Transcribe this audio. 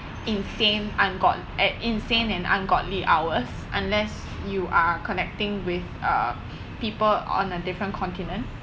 insane ungod at insane and ungodly hours unless you are connecting with uh people on a different continent